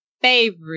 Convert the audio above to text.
favorite